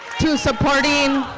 to supporting